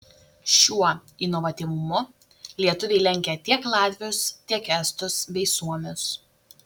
šiuo inovatyvumu lietuviai lenkia tiek latvius tiek estus bei suomius